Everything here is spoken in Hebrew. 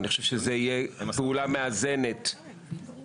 אני חושב שזו תהיה פעולה מאזנת בין